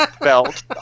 Belt